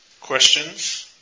questions